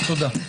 תודה.